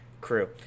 crew